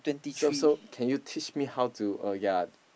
so so can you teach me how to oh ya